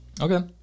Okay